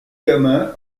gamin